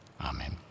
Amen